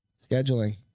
scheduling